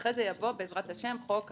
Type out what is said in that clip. ואחרי זה יבוא, בעזרת השם, חוק הפיקוח,